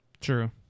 True